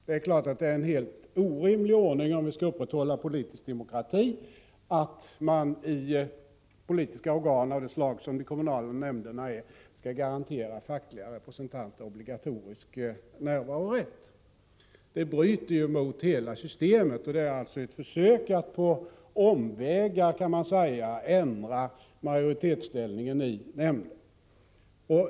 Om vi skall upprätthålla politisk demokrati, är det självfallet en helt orimlig ordning att man i politiska organ av det slag som de kommunala nämnderna är skall garantera fackliga representanter obligatorisk närvarorätt. Det bryter mot hela systemet, och det är ett försök att på omvägar ändra majoritetsställningen i nämnderna.